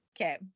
Okay